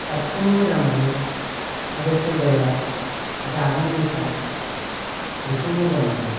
साबसिन मोजां मोनो आरो सोरबाया दानि मेथाइ बेखौ मोजां मोनो